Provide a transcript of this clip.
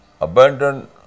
abandon